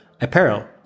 apparel